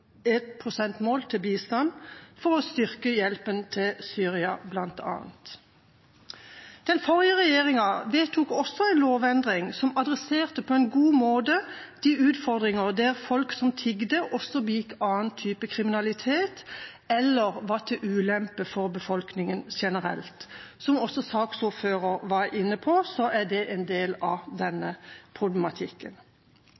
et prosentmål til bistand for å styrke hjelpen til Syria bl.a. Den forrige regjeringa vedtok også en lovendring som adresserte på en god måte utfordringene knyttet til at folk som tigget, og også begikk annen type kriminalitet eller var til ulempe for befolkningen generelt. Som også saksordføreren var inne på, kan det være en del av